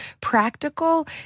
practical